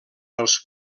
els